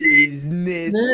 Business